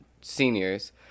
seniors